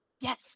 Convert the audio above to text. yes